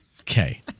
Okay